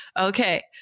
Okay